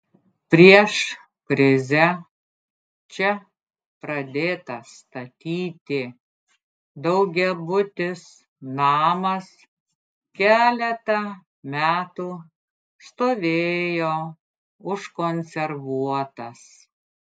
prieš krizę čia pradėtas statyti daugiabutis namas keletą metų stovėjo užkonservuotas